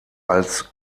als